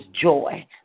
joy